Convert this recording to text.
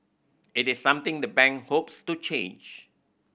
it is something the bank hopes to change